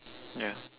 yeah